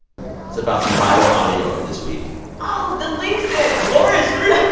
it's about some viral audio of this week oh, the lynxes laura is three